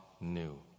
new